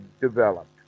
developed